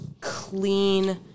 clean